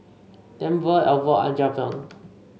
Denver Alford and Javion